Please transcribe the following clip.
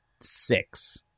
six